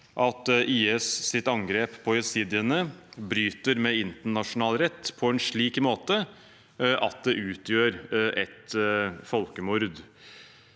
at IS sitt angrep på jesidiene bryter med internasjonal rett på en slik måte at det utgjør et folkemord.